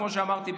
כמו שאמרתי,